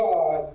God